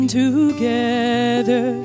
together